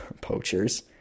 poachers